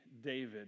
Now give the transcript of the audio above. David